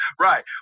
right